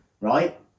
right